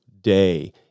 day